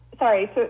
sorry